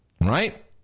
Right